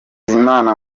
hakizimana